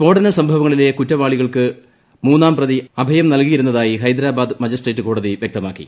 സ്ഫോടന സംഭവത്തിലെ കുറ്റവാളികൾക്ക് മൂന്നാം പ്രതി അഭയം നൽകിയിരുന്നതായി ഹൈദരാബാദ് മജിസ്ട്രേറ്റ് കോടതി വൃക്തമാക്കി